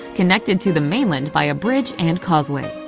connected to the mainland by a bridge and causeway.